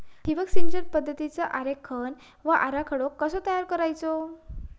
ठिबक सिंचन पद्धतीचा आरेखन व आराखडो कसो तयार करायचो?